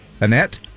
Annette